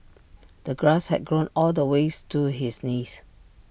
the grass had grown all the ways to his knees